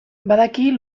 badaki